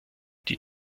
die